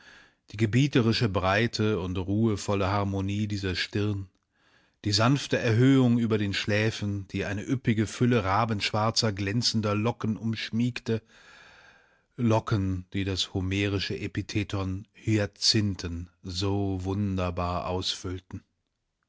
die gebieterische breite und ruhevolle harmonie dieser stirn die sanfte erhöhung über den schläfen die eine üppige fülle rabenschwarzer glänzender locken umschmiegte locken die das homerische epitheton hyazinthen so wunderbar ausfüllten